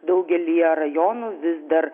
daugelyje rajonų vis dar